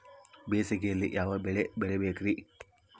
ಬೇಸಿಗೆಯಲ್ಲಿ ಯಾವ ಬೆಳೆ ಬೆಳಿಬೇಕ್ರಿ?